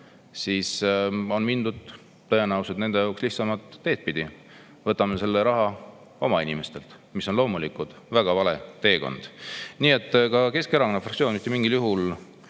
on mindud tõenäoliselt nende jaoks lihtsamat teed pidi: võtame selle raha oma inimestelt. See on loomulikult väga vale tee. Nii et ka Keskerakonna fraktsioon mitte mingil juhul